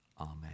Amen